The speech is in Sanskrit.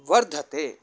वर्धते